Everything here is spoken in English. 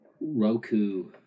Roku